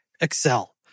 Excel